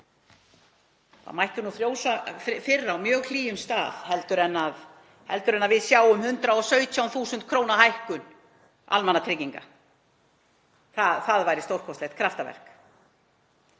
Það mætti frjósa fyrr á mjög hlýjum stað heldur en að við sjáum 117.000 kr. hækkun almannatrygginga. Það væri stórkostlegt kraftaverk.